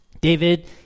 David